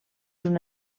una